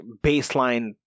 baseline